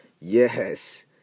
Yes